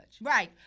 Right